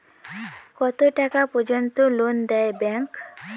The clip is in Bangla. কত টাকা পর্যন্ত লোন দেয় ব্যাংক?